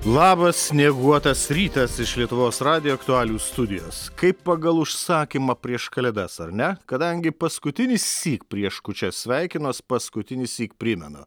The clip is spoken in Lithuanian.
labas snieguotas rytas iš lietuvos radijo aktualijų studijos kaip pagal užsakymą prieš kalėdas ar ne kadangi paskutinįsyk prieš kūčias sveikinuos paskutinįsyk primenu